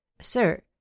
Sir